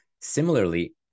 Similarly